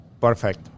Perfect